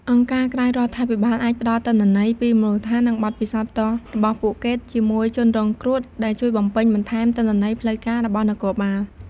អង្គការក្រៅរដ្ឋាភិបាលអាចផ្ដល់ទិន្នន័យពីមូលដ្ឋាន និងបទពិសោធន៍ផ្ទាល់របស់ពួកគេជាមួយជនរងគ្រោះ ដែលជួយបំពេញបន្ថែមទិន្នន័យផ្លូវការរបស់នគរបាល។